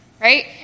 right